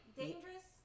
dangerous